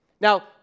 Now